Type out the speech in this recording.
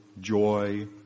joy